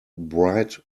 bright